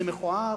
זה מכוער.